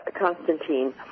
Constantine